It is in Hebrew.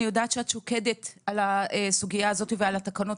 אני יודעת שאת שוקדת על הסוגיה הזאת ועל התקנות